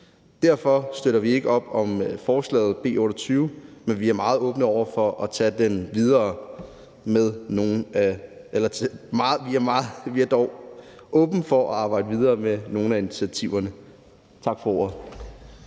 Derfor støtter vi ikke op om forslaget B 28, men vi er dog åbne for at arbejde videre med nogle af initiativerne. Tak for ordet.